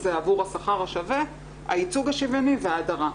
ה-ש' זה עבור השכר השווה, הייצוג השוויוני וההדרה.